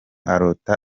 arota